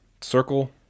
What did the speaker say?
circle